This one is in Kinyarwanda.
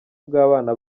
bw’abana